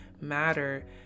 matter